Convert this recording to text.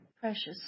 precious